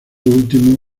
último